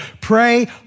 Pray